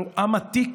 אנחנו עם עתיק